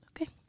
Okay